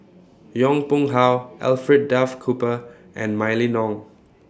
Yong Pung How Alfred Duff Cooper and Mylene Ong